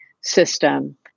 system